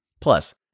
Plus